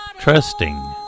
Trusting